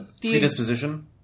predisposition